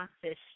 fish